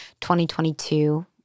2022